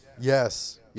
Yes